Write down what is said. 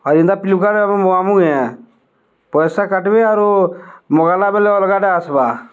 Flipkart ପଇସା କାଟିବେ ଆଗରୁ ମଗାଇଲା ବେଳେ ଅଲଗାଟେ ଆସିବ